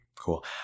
Cool